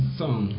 song